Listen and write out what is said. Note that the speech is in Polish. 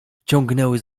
ciągnęły